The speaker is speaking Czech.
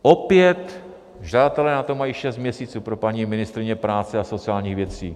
Opět žadatelé na to mají šest měsíců, pro paní ministryni práce a sociálních věcí.